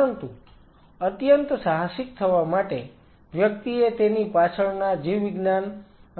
પરંતુ અત્યંત સાહસિક થવા માટે વ્યક્તિએ તેની પાછળના જીવવિજ્ઞાન